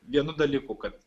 vienu dalyku kad